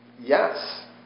Yes